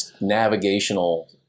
navigational